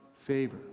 favor